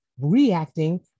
reacting